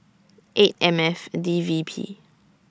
eight M F D V P